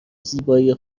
زیبایی